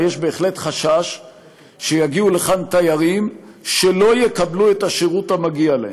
יש בהחלט חשש שיגיעו לכאן תיירים שלא יקבלו את השירות המגיע להם,